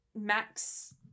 Max